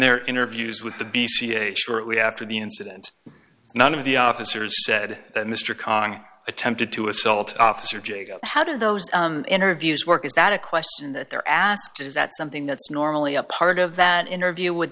their interviews with the b c h shortly after the incident none of the officers said that mr kahn attempted to assault officer gigo how did those interviews work is that a question that they're asked is that something that's normally a part of that interview would